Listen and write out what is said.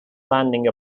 landing